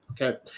okay